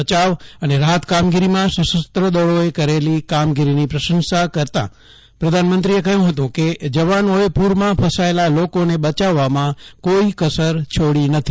બચાવ અને રાહત કામગીરીમાં સશસ્ર દળોએ કરેલી કામગીરીની પ્રશંસા કરતાં પ્રધાનમંત્રીએ કહયું હતું કે જવાનોએ પુરમાં ફસાયેલા લોકોને બચાવવામાં કોઈ કસર છોડી નથી